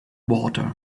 water